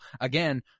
Again